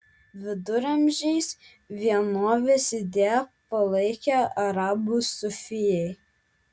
viduramžiais vienovės idėją palaikė arabų sufijai